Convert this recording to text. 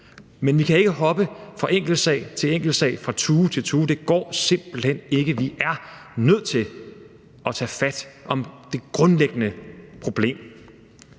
Men vi kan ikke hoppe fra enkeltsag til enkeltsag, fra tue til tue. Det går simpelt hen ikke. Vi er nødt til at tage fat om det grundlæggende problem,